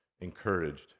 encouraged